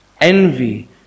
envy